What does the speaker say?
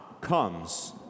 comes